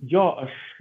jo aš